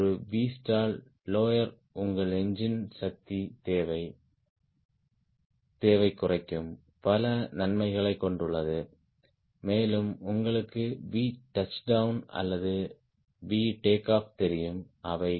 ஒரு V stall lower உங்கள் engine சக்தி தேவை குறைக்கும் பல நன்மைகளைக் கொண்டுள்ளது மேலும் உங்களுக்கு Vtouchdown அல்லது Vtake off தெரியும் அவை கிட்டத்தட்ட 1